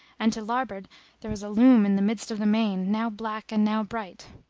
and to larboard there is a loom in the midst of the main, now black and now bright.